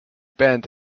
band